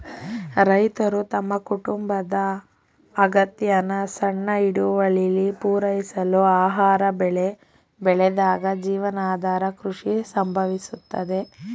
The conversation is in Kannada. ರೈತರು ತಮ್ಮ ಕುಟುಂಬದ ಅಗತ್ಯನ ಸಣ್ಣ ಹಿಡುವಳಿಲಿ ಪೂರೈಸಲು ಆಹಾರ ಬೆಳೆ ಬೆಳೆದಾಗ ಜೀವನಾಧಾರ ಕೃಷಿ ಸಂಭವಿಸುತ್ತದೆ